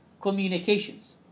communications